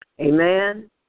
Amen